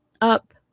up